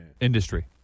Industry